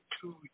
two